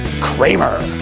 Kramer